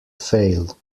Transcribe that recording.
fail